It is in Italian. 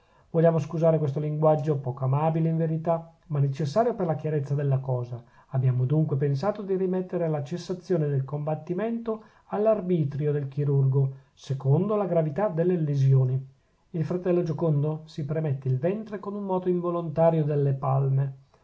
vogliano scusare questo linguaggio poco amabile in verità ma necessario per la chiarezza della cosa abbiamo dunque pensato di rimettere la cessazione del combattimento all'arbitrio del chirurgo secondo la gravità delle lesioni il fratello giocondo si premette il ventre con un moto involontario delle palme